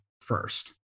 first